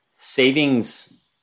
savings